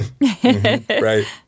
Right